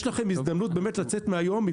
יש לכם הזדמנות באמת לצאת מהיום,